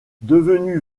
devenu